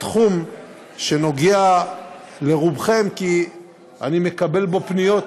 בתחום שנוגע לרובכם, כי אני מקבל בו פניות,